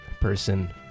person